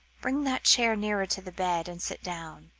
bring that chair nearer to the bed, and sit down.